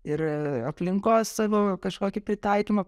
ir e aplinkos savo kažkokį pritaikymą